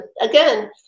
again